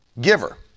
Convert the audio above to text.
giver